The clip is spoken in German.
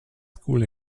school